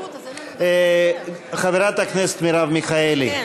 חברת הכנסת מרב מיכאלי.